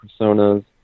personas